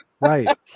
Right